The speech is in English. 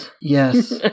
Yes